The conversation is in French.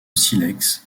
silex